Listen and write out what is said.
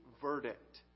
verdict